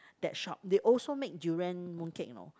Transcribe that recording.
that shop they also make durian mooncake you know